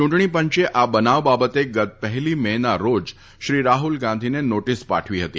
ચૂંટણી પંચે આ બનાવ બાબતે ગત પહેલી મેના રોજ શ્રી રાહુલ ગાંધીને નોટીસ પાઠવી ફતી